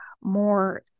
more